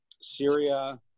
Syria